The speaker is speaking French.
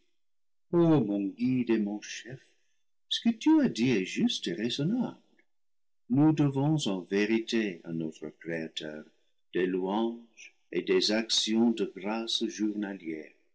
mon chef ce que tu as dit est juste et raisonnable nous devons en vé rité à notre créateur des louanges et des actions de grâces